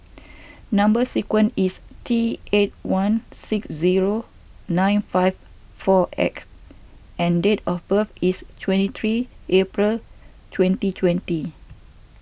Number Sequence is T eight one six zero nine five four X and date of birth is twenty three April twenty twenty